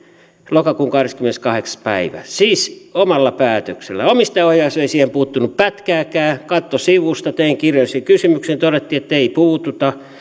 lokakuun kahdeskymmeneskahdeksas päivä siis omalla päätöksellään omistajaohjaus ei siihen puuttunut pätkääkään katsoi sivusta tein kirjallisen kysymyksen todettiin ettei puututa